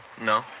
No